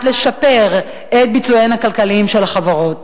לשפר את ביצועיהן הכלכליים של החברות.